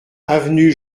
avenue